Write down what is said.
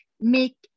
make